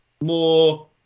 more